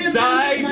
die